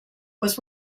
was